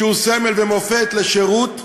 שהוא סמל ומופת לשירות,